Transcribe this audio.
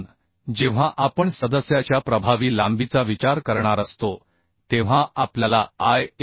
म्हणून जेव्हा आपण सदस्याच्या प्रभावी लांबीचा विचार करणार असतो तेव्हा आपल्याला आय